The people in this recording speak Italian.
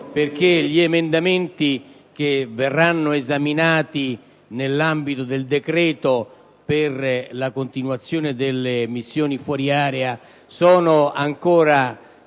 perché gli emendamenti che verranno esaminati nell'ambito del decreto per la prosecuzione delle missioni fuori area sono ancora